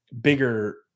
bigger